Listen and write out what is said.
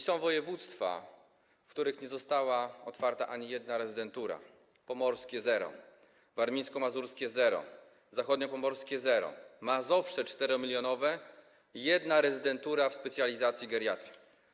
Są województwa, w których nie została otwarta ani jedna rezydentura: pomorskie - 0, warmińsko-mazurskie - 0, zachodniopomorskie - 0, 4-milionowe Mazowsze - 1 rezydentura w specjalizacji geriatrycznej.